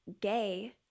gay